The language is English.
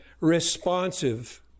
responsive